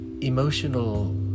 emotional